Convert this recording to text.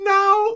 now